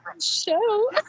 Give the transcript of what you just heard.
show